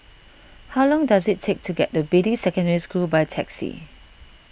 how long does it take to get to Beatty Secondary School by taxi